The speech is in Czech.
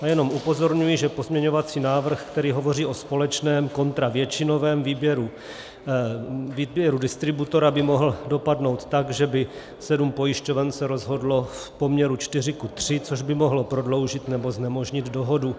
A jenom upozorňuji, že pozměňovací návrh, který hovoří o společném kontra většinovém výběru distributora, by mohl dopadnout tak, že by se sedm pojišťoven rozhodlo v poměru 4:3, což by mohlo prodloužit nebo znemožnit dohodu.